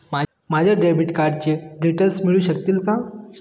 माझ्या डेबिट कार्डचे डिटेल्स मिळू शकतील का?